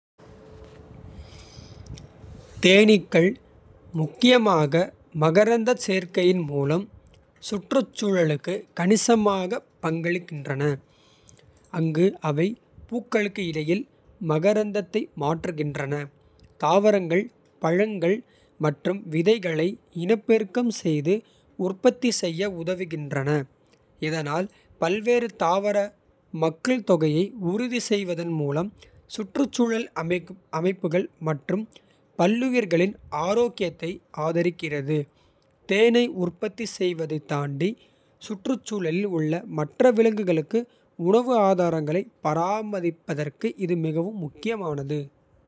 தேனீக்கள் முக்கியமாக மகரந்தச் சேர்க்கையின். மூலம் சுற்றுச்சூழலுக்கு கணிசமாக பங்களிக்கின்றன. அங்கு அவை பூக்களுக்கு இடையில் மகரந்தத்தை. மாற்றுகின்றன தாவரங்கள் பழங்கள் மற்றும் விதைகளை. இனப்பெருக்கம் செய்து உற்பத்தி செய்ய உதவுகின்றன. இதனால் பல்வேறு தாவர மக்கள்தொகையை உறுதி. செய்வதன் மூலம் சுற்றுச்சூழல் அமைப்புகள் மற்றும். பல்லுயிர்களின் ஆரோக்கியத்தை ஆதரிக்கிறது. தேனை உற்பத்தி செய்வதைத் தாண்டி. சுற்றுச்சூழலில் உள்ள மற்ற விலங்குகளுக்கு உணவு. ஆதாரங்களை பராமரிப்பதற்கு இது மிகவும் முக்கியமானது.